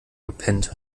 gepennt